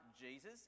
Jesus